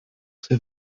ses